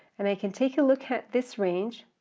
and i can take a look at this range,